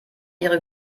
ihre